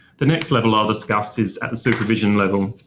the next level i'll discuss is at the supervision level.